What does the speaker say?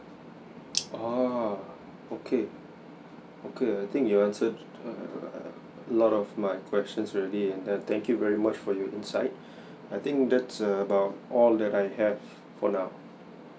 oh okay okay I think you answered err a lot of my questions already and err thank you very much for your in sight I think that's err about all that I have for now